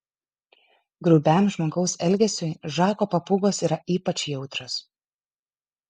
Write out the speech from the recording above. grubiam žmogaus elgesiui žako papūgos yra ypač jautrios